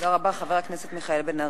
תודה רבה לחבר הכנסת מיכאל בן-ארי.